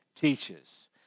teaches